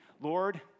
Lord